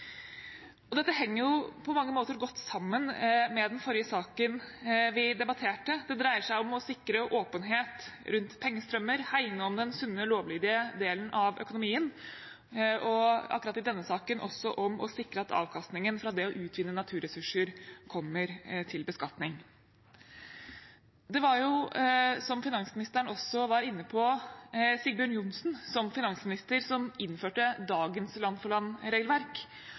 Dette henger på mange måter godt sammen med den forrige saken vi debatterte. Det dreier seg om å sikre åpenhet rundt pengestrømmer, hegne om den sunne, lovlydige delen av økonomien og akkurat i denne saken også om å sikre at avkastningen fra det å utvinne naturressurser kommer til beskatning. Det var, som finansministeren også var inne på, Sigbjørn Johnsen – som finansminister – som innførte dagens